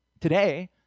Today